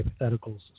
hypotheticals